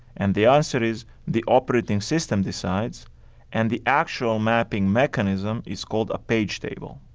and the answer is the operating system decides and the actual mapping mechanism is called a page table.